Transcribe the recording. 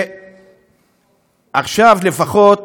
עכשיו לפחות